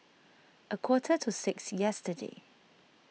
a quarter to six yesterday